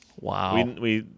Wow